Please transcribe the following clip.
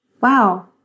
Wow